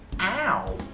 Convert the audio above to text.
Ow